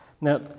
now